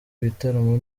ibitaramo